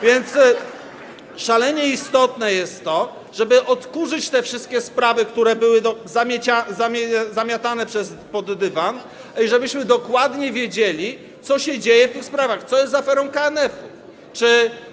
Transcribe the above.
Więc szalenie istotne jest to, żeby odkurzyć te wszystkie sprawy, które były zamiatane pod dywan, i żebyśmy dokładnie wiedzieli, co się dzieje w tych sprawach, co jest z aferą KNF-u, czy.